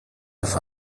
have